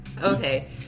Okay